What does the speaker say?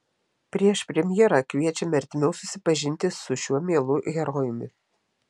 prieš premjerą kviečiame artimiau susipažinti su šiuo mielu herojumi